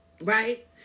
Right